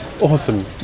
Awesome